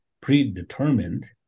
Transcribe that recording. predetermined